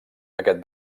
aquest